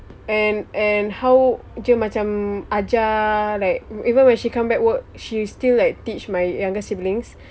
and and how dia macam ajar like even when she come back work she still like teach my younger siblings